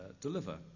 deliver